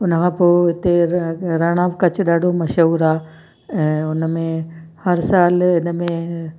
उन खां पोइ उते रण ऑफ कच्छ ॾाढो मशहूरु आहे ऐं उन में हर सालु इन में